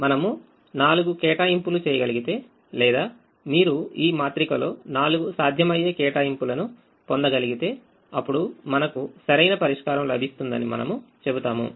మనం 4 కేటాయింపులు చేయగలిగితే లేదా మీరు ఈ మాత్రికలో నాలుగు సాధ్యమయ్యే కేటాయింపులను పొందగలిగితే అప్పుడు మనకు సరైన పరిష్కారం లభిస్తుందని మనము చెబుతాము